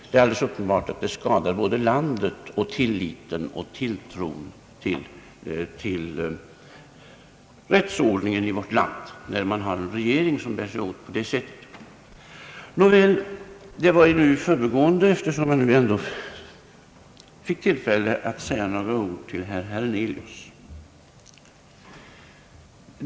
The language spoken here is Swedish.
Det är alldeles uppenbart att det skadar både landet och tilltron till vår rättsordning om man säges ha en regering som bär sig åt på det sättet. Detta sagt i förbigående, eftersom jag nu ändå fick tillfälle att säga några ord till herr Hernelius.